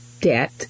debt